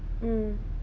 mm